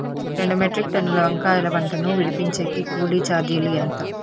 రెండు మెట్రిక్ టన్నుల వంకాయల పంట ను విడిపించేకి కూలీ చార్జీలు ఎంత?